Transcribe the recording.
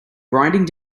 grinding